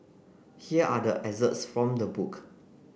here are the excerpts from the book